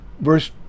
verse